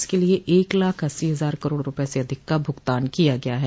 इसके लिए एक लाख अस्सी हजार करोड रूपये से अधिक का भुगतान किया गया है